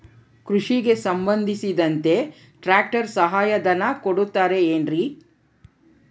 ಕೃಷಿಗೆ ಸಂಬಂಧಿಸಿದಂತೆ ಟ್ರ್ಯಾಕ್ಟರ್ ಸಹಾಯಧನ ಕೊಡುತ್ತಾರೆ ಏನ್ರಿ?